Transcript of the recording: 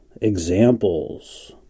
Examples